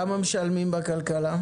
כמה משלמים בכלכלה?